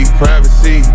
privacy